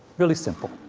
really simple.